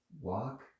Walk